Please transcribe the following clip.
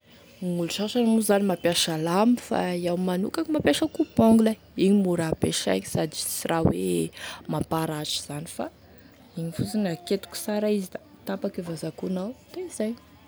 Gn'olo sasany moa zany mampiasa lame fa iaho manokagny mampiasa coupe angle igny mora ampesaigny sady sy raha hoe mamparatry zany fa, igny fosiny aketoky sara da tapaky e vazakohonao da izay.